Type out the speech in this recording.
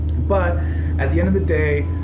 but at the end of the day,